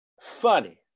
funny